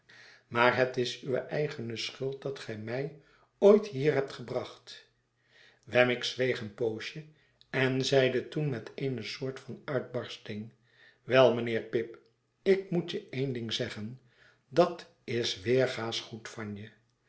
maar het is uwe eigene schuld dat ge mij ooit hier hebt gebracht wemmick zweeg een poosje en zeide toen met eene soort van uitb'arsting wel mijnheer pip ik moet je een ding zeggen dat is weerga's goed van je